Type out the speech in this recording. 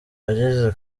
yagize